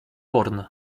porn